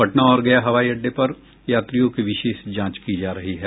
पटना और गया हवाई अड्डे पर यात्रियों की विशेष जांच की जा रही है